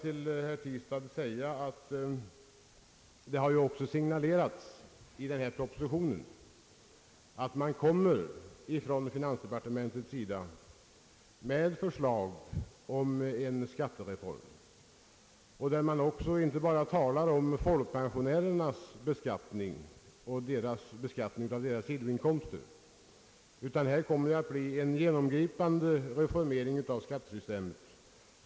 Till herr Tistad vill jag därutöver endast säga att det i propositionen också har signalerats att finansministern kommer med förslag till en skattereform. Där talas inte bara om beskattningen av folkpensionärerna utan om en genomgripande reformering av hela skattesystemet.